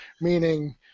meaning